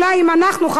חברי הכנסת,